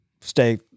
stay